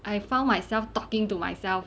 I found myself talking to myself